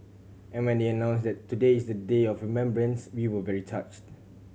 and when they announced that today is a day of remembrance we were very touched